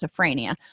schizophrenia